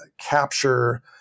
capture